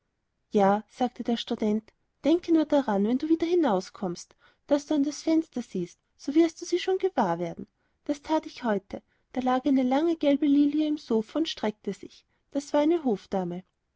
ja sagte der student denke nur daran wenn du wieder hinauskommst daß du an das fenster siehst so wirst du sie schon gewahr werden das that ich heute da lag eine lange gelbe lilie im sopha und streckte sich das war eine hofdame